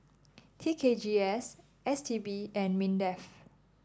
T K G S S T B and Mindef